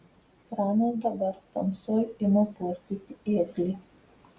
pranas dabar tamsoj ima purtyti ėglį